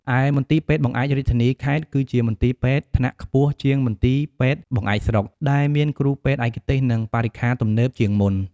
ឯមន្ទីរពេទ្យបង្អែករាជធានី/ខេត្ត គឺជាមន្ទីរពេទ្យថ្នាក់ខ្ពស់ជាងមន្ទីរពេទ្យបង្អែកស្រុក ដែលមានគ្រូពេទ្យឯកទេស និងបរិក្ខារទំនើបជាងមុន។